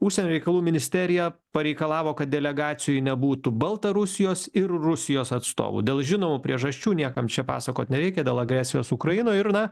užsienio reikalų ministerija pareikalavo kad delegacijoj nebūtų baltarusijos ir rusijos atstovų dėl žinomų priežasčių niekam čia pasakot nereikia dėl agresijos ukrainoj ir na